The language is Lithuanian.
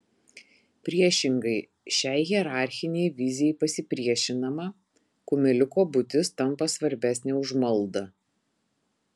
priešingai šiai hierarchinei vizijai pasipriešinama kumeliuko būtis tampa svarbesnė už maldą